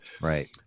Right